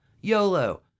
YOLO